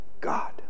God